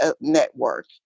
network